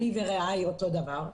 אני ורעיי אותו דבר.